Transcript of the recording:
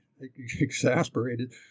exasperated